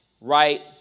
right